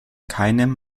keinem